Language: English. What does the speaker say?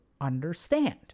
understand